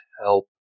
help